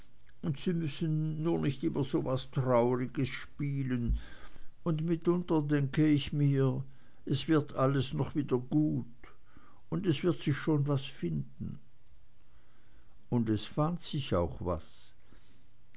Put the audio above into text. und sie müssen nur nicht immer so was trauriges spielen und mitunter denke ich mir es wird alles noch wieder gut und es wird sich schon was finden und es fand sich auch was